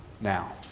now